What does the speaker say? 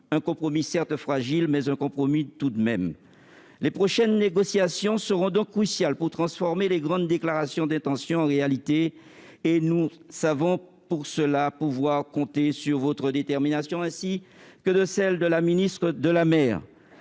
l'espoir d'obtenir un compromis, même fragile. Les prochaines négociations seront donc cruciales pour transformer les grandes déclarations d'intentions en réalités et nous savons pouvoir compter sur votre détermination ainsi que sur celle de la ministre de la mer.